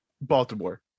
Baltimore